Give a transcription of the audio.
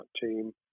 team